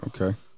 Okay